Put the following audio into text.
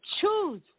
choose